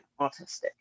autistic